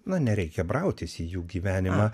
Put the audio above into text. na nereikia brautis į jų gyvenimą